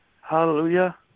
Hallelujah